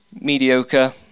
Mediocre